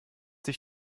sich